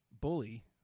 Bully